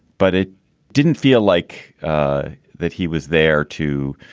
but it didn't feel like that he was there, too,